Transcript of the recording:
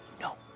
No